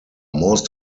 most